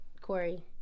Corey